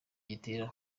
gitera